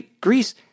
Greece